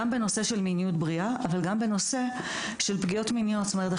גם בנושא של מיניות בריאה אבל גם בנושא של פגיעות מיניות.